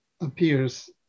appears